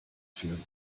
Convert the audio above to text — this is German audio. führen